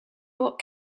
bought